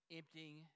emptying